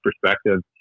perspective